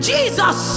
Jesus